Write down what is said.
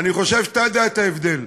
אני חושב שאתה יודע את ההבדל.